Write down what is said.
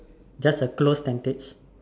just a close tentage